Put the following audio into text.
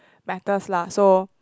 matters lah so